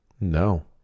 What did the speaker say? No